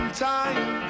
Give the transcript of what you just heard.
time